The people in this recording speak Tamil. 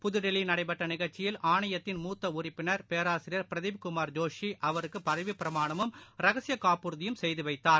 புதுதில்லியில் நடைபெற்றநிகழ்ச்சியில் ஆணையத்தின் மூத்தஉறுப்பினர் பேராசிரியர் பிரதிப் குமார் ஜோஷிஅவருக்குபதவிபிரமாணமும் ரகசியகாப்புறுதியும் செய்துவைத்தார்